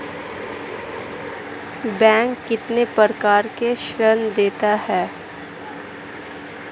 Bank कितने प्रकार के ऋण देता है?